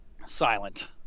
silent